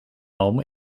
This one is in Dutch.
oom